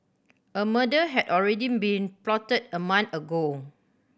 a murder had already been plotted a month ago